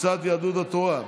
קבוצת סיעת יהדות התורה,